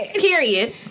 Period